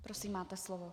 Prosím, máte slovo.